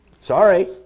Sorry